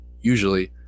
usually